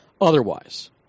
otherwise